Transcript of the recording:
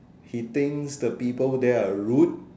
he thinks the people there are rude